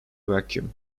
vacuum